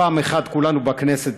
פעם אחת כולנו בכנסת,